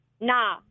nah